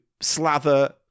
slather